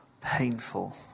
painful